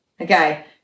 Okay